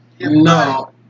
No